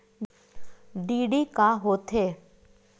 DD का होथे?